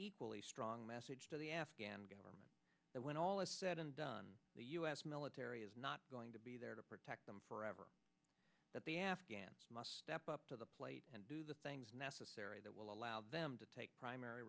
equally strong message to the afghan government that when all is said and done the u s military is not going to be there to protect them forever that the afghans must step up to the plate and do the things necessary that will allow them to take primary